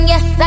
Yes